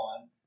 on